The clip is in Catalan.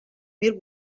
mil